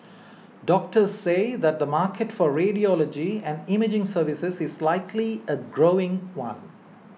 doctors say that the market for radiology and imaging services is likely a growing one